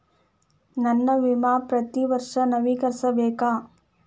ನನ್ನ ವಿಮಾ ಪ್ರತಿ ವರ್ಷಾ ನವೇಕರಿಸಬೇಕಾ?